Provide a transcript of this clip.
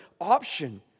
option